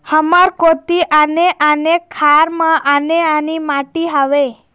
हमर कोती आने आने खार म आने आने माटी हावे?